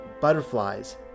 butterflies